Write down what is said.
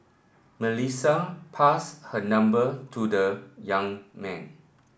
Melissa passed her number to the young man